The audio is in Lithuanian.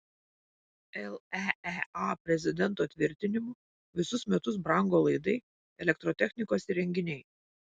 leea prezidento tvirtinimu visus metus brango laidai elektrotechnikos įrenginiai